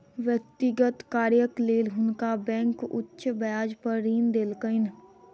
व्यक्तिगत कार्यक लेल हुनका बैंक उच्च ब्याज पर ऋण देलकैन